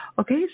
Okay